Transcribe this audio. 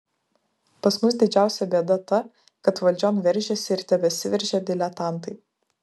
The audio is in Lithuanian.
pas mus didžiausia bėda ta kad valdžion veržėsi ir tebesiveržia diletantai